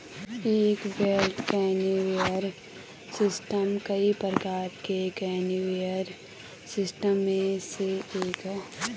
एक belt conveyor system कई प्रकार के कन्वेयर सिस्टम में से एक है